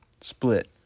split